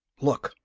look!